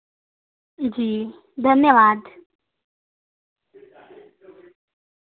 जी धन्यवाद